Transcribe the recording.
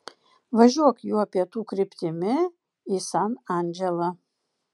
važiuok juo pietų kryptimi į san andželą